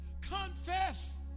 Confess